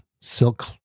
silk